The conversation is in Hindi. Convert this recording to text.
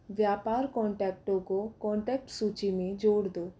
व्यापार कॉन्टेेक्टों को कॉन्टेेक्ट सूची में जोड़ दो